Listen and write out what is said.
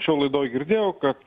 šioj laidoj girdėjau kad